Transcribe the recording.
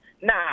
Nah